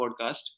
podcast